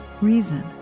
reason